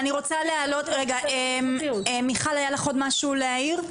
מיכל, יש לך עוד משהו להעיר?